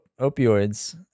opioids